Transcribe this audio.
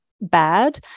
bad